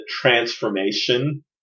transformation